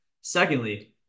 Secondly